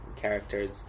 characters